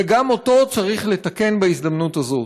וגם אותו צריך לתקן בהזדמנות הזאת.